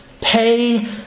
pay